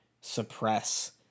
suppress